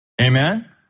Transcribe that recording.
Amen